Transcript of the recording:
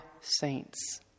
saints